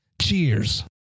Cheers